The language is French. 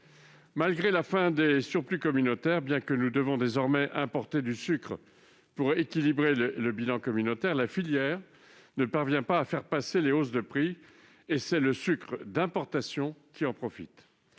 Malgré la fin des surplus communautaires et bien que nous devions désormais importer du sucre pour équilibrer le bilan communautaire, la filière ne parvient pas à faire passer les hausses de prix- et c'est le sucre d'importation qui en profite.